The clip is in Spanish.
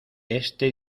este